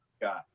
Got